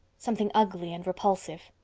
something ugly and repulsive.